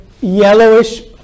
yellowish